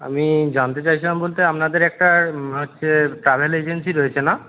আমি জানতে চাইছিলাম বলতে আপনাদের একটা হচ্ছে ট্রাভেল এজেন্সি রয়েছে না